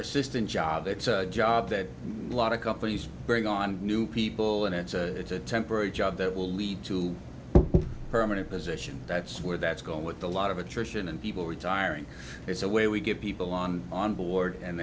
assistant job it's a job that a lot of companies bring on new people and it's a it's a temporary job that will lead to permanent position that's where that's going with a lot of a tradition and people retiring there's a way we get people on on board and